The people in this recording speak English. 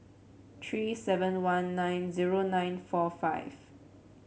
three seven one nine zero nine four five